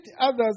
others